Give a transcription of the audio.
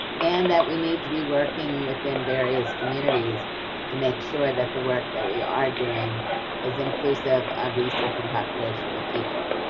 and that we need to be working within various communities to make sure that the work that we are doing is inclusive of these different populations of people.